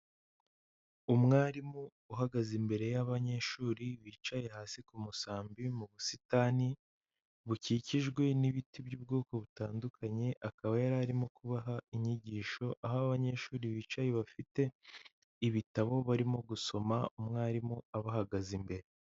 Umwarimu uhagaze imbere y'abanyeshuri bicaye hasi ku musambi mu busitani bukikijwe n'ibiti by'ubwoko butandukanye, akaba yari arimo kubaha inyigisho. Aho abanyeshuri bicaye bafite ibitabo barimo gusoma, umwarimu abahagaze imbere.